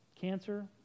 cancer